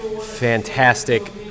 Fantastic